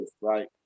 right